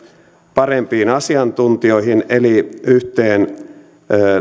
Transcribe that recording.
parempiin asiantuntijoihin eli yhteen